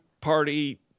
party